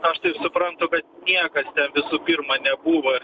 aš tai suprantu kad niekas ten visų pirma nebuvo